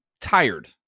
tired